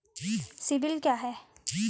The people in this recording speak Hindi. सिबिल क्या है?